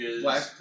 Black